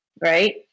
right